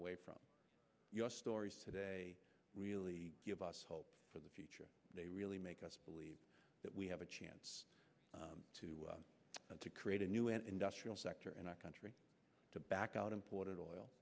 away from your story today really give us hope for the future they really make us believe that we have a chance to to create a new and industrial sector in our country to back out imported oil